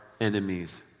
enemies